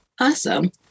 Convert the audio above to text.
Awesome